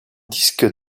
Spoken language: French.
disque